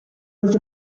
was